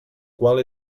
qual